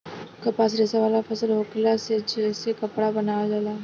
कपास रेशा वाला फसल होखेला जे से कपड़ा बनावल जाला